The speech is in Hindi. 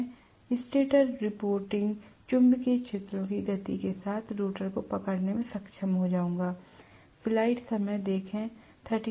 मैं स्टेटर रिपोर्टिंग चुंबकीय क्षेत्रों की गति के साथ रोटर को पकड़ने में सक्षम हो जाऊंगा